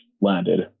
landed